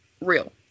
real